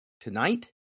tonight